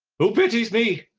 who pities me?